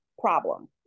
problem